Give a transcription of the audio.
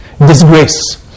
disgrace